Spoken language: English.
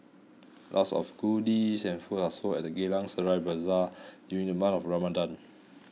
lots of goodies and food are sold at the Geylang Serai Bazaar during the month of Ramadan